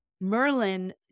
Merlin